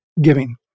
giving